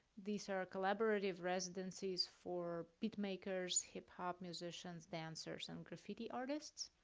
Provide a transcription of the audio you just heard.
these are collaborative residencies for beat makers, hip hop musicians, dancers, and graffiti artists,